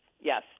yes